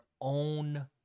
own